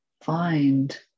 find